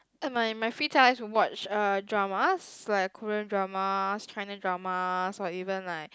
uh my my free time I like to watch uh dramas like Korean dramas China dramas or even like